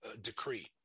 decree